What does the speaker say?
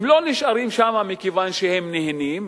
הם לא נשארים שם מכיוון שהם נהנים,